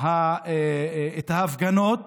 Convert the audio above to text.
ההפגנות